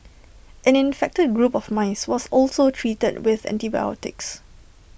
an infected group of mice was also treated with antibodies